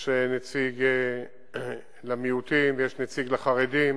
יש נציג למיעוטים ונציג לחרדים.